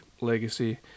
legacy